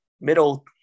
middle –